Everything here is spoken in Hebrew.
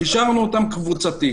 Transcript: אישרנו אותם קבוצתית.